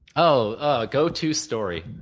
oh. go to story.